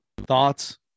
thoughts